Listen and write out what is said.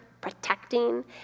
protecting